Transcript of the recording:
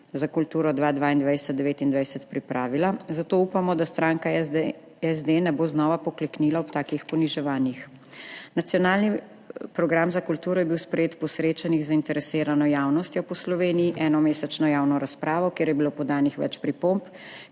za kulturo 2022–2029 pripravila, zato upamo, da stranka SD ne bo znova pokleknila ob takih poniževanjih. Nacionalni program za kulturo je bil sprejet po srečanjih z zainteresirano javnostjo po Sloveniji, enomesečno javno razpravo, kjer je bilo podanih več pripomb,